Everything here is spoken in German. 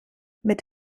mit